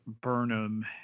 Burnham